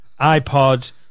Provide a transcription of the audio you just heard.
iPod